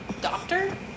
doctor